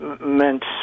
meant